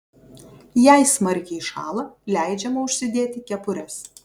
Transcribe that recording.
jei smarkiai šąla leidžiama užsidėti kepures